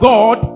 God